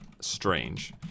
strange